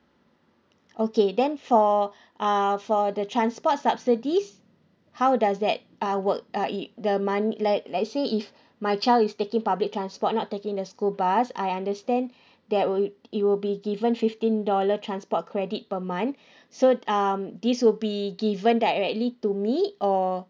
okay then for uh for the transport subsidies how does that uh work uh it the money let let's say if my child is taking public transport not taking the school bus I understand that would it it will be given fifteen dollar transport credit per month so um this will be given directly to me or